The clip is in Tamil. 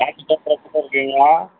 நாட்டுச் சக்கரை கூட இருக்குங்கய்யா